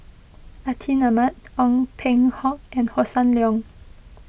Atin Amat Ong Peng Hock and Hossan Leong